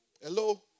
Hello